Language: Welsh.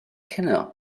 cinio